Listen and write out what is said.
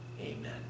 Amen